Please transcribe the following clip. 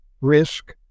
risk